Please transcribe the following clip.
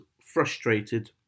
frustrated